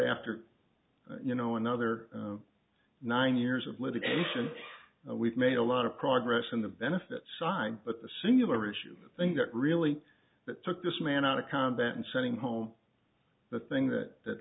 after you know another nine years of litigation we've made a lot of progress in the benefits side but the singular issue i think that really that took this man out of combat and sending home the thing that that